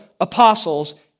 apostles